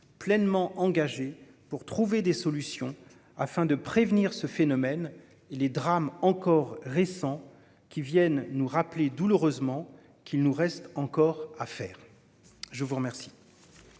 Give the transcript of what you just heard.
pleinement engagée pour trouver des solutions afin de prévenir ce phénomène et les drames encore récent qui viennent nous rappeler douloureusement qu'il nous reste encore à faire. Je vous remercie.